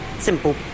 simple